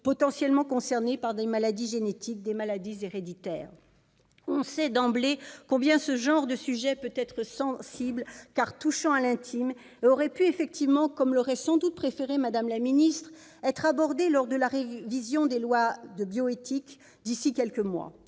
potentiellement concernées par des maladies génétiques, des maladies héréditaires. On sait d'emblée combien ce genre de sujet peut être sensible, car touchant à l'intime. Il aurait pu effectivement, comme l'aurait sans doute préféré Mme la ministre, être abordé lors de la révision des lois de bioéthique d'ici quelques mois.